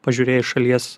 pažiūrėjus šalies